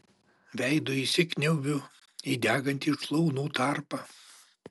veidu įsikniaubiu į degantį šlaunų tarpą